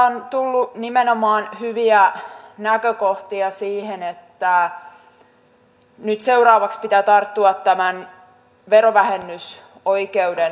täällä on tullut nimenomaan hyviä näkökohtia siihen että nyt seuraavaksi pitää tarttua tämän verovähennysoikeuden toimeenpanoon